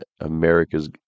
America's